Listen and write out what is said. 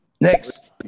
Next